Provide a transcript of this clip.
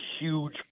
huge